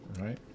Right